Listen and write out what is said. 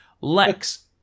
Lex